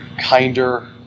kinder